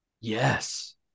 Yes